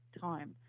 time